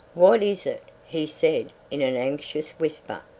what is it? he said in an anxious whisper.